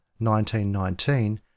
1919